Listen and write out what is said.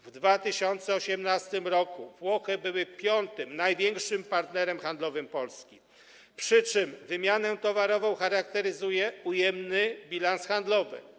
W 2018 r. Włochy były piątym największym partnerem handlowym Polski, przy czym wymianę towarową charakteryzuje ujemny bilans handlowy.